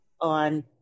on